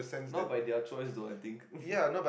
not by their choice though I think